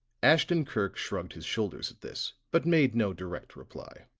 ashton-kirk shrugged his shoulders at this, but made no direct reply.